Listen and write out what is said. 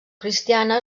cristiana